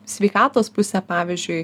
sveikatos puse pavyzdžiui